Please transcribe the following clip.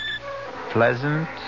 pleasant